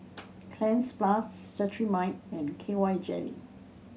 Cleanz Plus Cetrimide and K Y Jelly